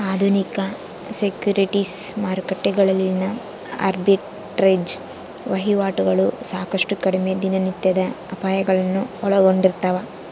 ಆಧುನಿಕ ಸೆಕ್ಯುರಿಟೀಸ್ ಮಾರುಕಟ್ಟೆಗಳಲ್ಲಿನ ಆರ್ಬಿಟ್ರೇಜ್ ವಹಿವಾಟುಗಳು ಸಾಕಷ್ಟು ಕಡಿಮೆ ದಿನನಿತ್ಯದ ಅಪಾಯಗಳನ್ನು ಒಳಗೊಂಡಿರ್ತವ